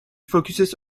focuses